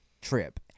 trip